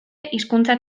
hizkuntza